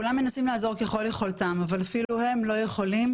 כולם מנסים לעזור ככל יכולתם אבל אפילו הם לא יכולים